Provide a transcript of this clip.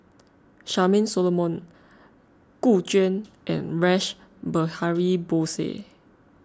Charmaine Solomon Gu Juan and Rash Behari Bose